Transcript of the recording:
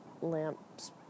lamps